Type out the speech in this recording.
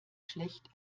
schlecht